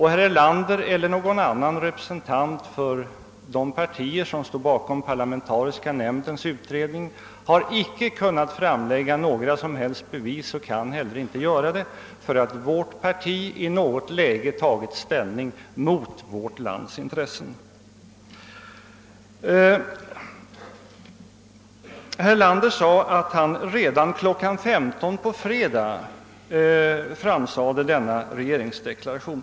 Herr Erlander eller någon annan representant för de partier, som står bakom parlamentariska nämndens utredning, har icke kunnat framlägga några som helst bevis, och kan inte heller göra det, för att vårt parti i något läge tagit ställning mot vårt lands intressen. Herr Erlander sade att han redan kl. 15 i fredags framförde sin regeringsdeklaration.